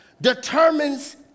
determines